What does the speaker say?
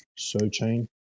Sochain